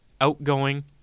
outgoing